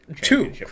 two